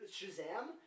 Shazam